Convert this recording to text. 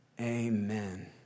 Amen